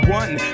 one